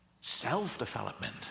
self-development